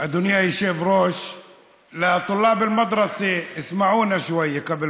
סגן יושב-ראש הכנסת ידידנו עיסאווי פריג'